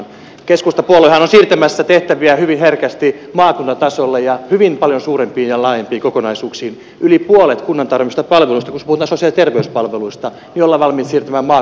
keskustapuoluehan on siirtämässä tehtäviä hyvin herkästi maakunta tasolle ja hyvin paljon suurempiin ja laajempiin kokonaisuuksiin yli puolet kunnan tarjoamista palveluista kun puhutaan sosiaali ja terveyspalveluista ollaan valmiit siirtämään maakunta tasolle